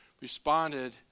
responded